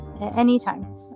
Anytime